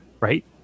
right